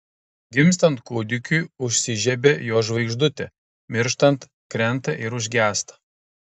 gimstant kūdikiui užsižiebia jo žvaigždutė mirštant krenta ir užgęsta